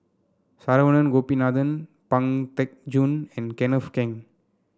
Saravanan Gopinathan Pang Teck Joon and Kenneth Keng